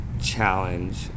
challenge